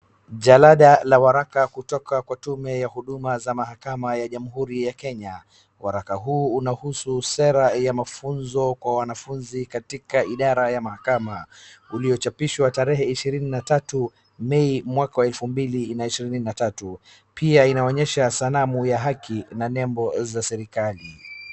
Jalada la waraka kutoka kwa tume ya huduma za mahakama ya Jamhuri ya Kenya. Waraka huu unahusu sera ya mafunzo kwa wanafunzi katika idara ya mahakama, uliochapishwa tarehe ishirini na tatu mei, mwaka wa elfu mbili na ishirini na tatu. Pia inaonyesha sanamu ya haki na nembo za serikali.